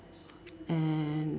and